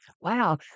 Wow